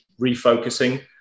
refocusing